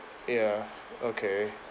ya okay